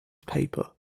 paper